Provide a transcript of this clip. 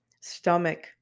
stomach